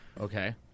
Okay